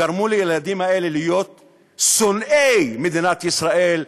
גרמו לילדים האלה להיות שונאי מדינת ישראל,